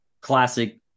classic